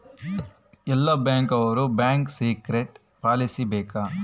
ಎಲ್ಲ ಬ್ಯಾಂಕ್ ಅವ್ರು bank secrecy ಪಾಲಿಸಲೇ ಬೇಕ